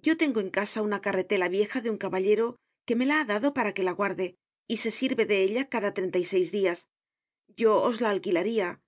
yo tengo en casa una carretela vieja de un caballero que me la ha dado para que la guarde y se sirve de ella cada treinta y seis dias yo os la alquilaria